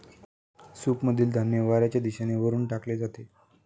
सूपमधील धान्य वाऱ्याच्या दिशेने वरून टाकले जाते